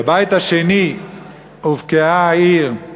בבית השני הובקעה העיר.